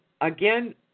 again